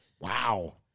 Wow